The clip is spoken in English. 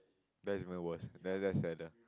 that's my worse then that sadder